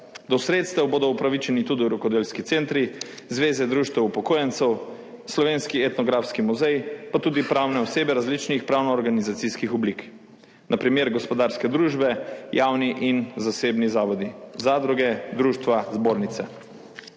Do sredstev bodo upravičeni tudi rokodelski centri, zveze društev upokojencev, Slovenski etnografski muzej, pa tudi pravne osebe različnih pravnoorganizacijskih oblik, na primer gospodarske družbe, javni in zasebni zavodi, zadruge, društva, zbornice.